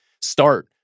start